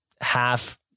half